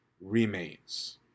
remains